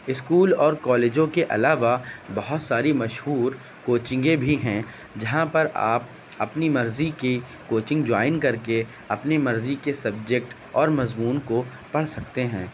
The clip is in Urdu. اسکول اور کالجوں کے علاوہ بہت ساری مشہور کوچنگیں بھی ہیں جہاں پر آپ اپنی مرضی کی کوچنگ جوائن کر کے اپنی مرضی کے سبجیکٹ اور مضمون کو پڑھ سکتے ہیں